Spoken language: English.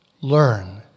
learn